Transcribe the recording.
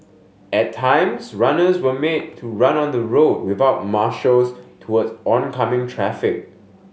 at times runners were made to run on the road without marshals towards oncoming traffic